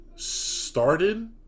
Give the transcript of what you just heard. started